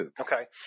Okay